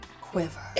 quiver